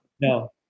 No